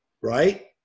right